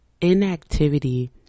Inactivity